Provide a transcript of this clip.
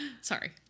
sorry